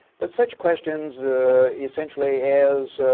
but such questions essentially as,